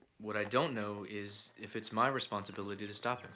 what i don't know is if it's my responsibility to stop him.